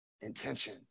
intention